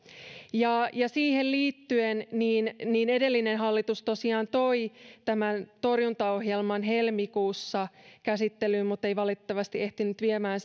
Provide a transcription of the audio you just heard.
siihen liittyen edellinen hallitus tosiaan toi tämän torjuntaohjelman helmikuussa käsittelyyn mutta ei valitettavasti ehtinyt viemään